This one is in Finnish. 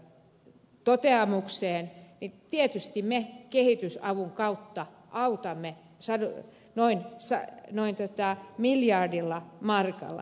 haaviston toteamukseen niin tietysti me kehitysavun kautta autamme noin miljardilla markalla